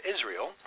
Israel